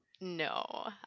No